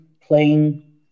playing